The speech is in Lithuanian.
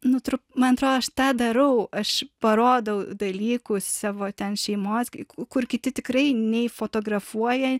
nutru man atrodo aš tą darau aš parodau dalykus savo ten šeimos kur kiti tikrai nei fotografuoja